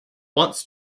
wants